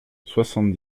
soixante